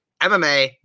MMA